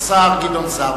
השר גדעון סער.